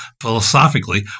philosophically